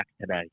today